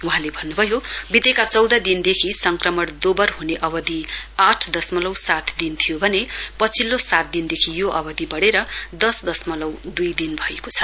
वहाँले भन्नुभयो वितेका चौध दिनदेखि संक्रमण दोवर हुने अवधि आठ दशमलाउ सात दिन थियो भने पछिल्ला साति दिनदेखि यो अवधि वढेर दस दशमलउ दुई दिन भएको छ